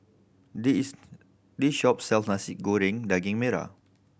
this is this shop sells Nasi Goreng Daging Merah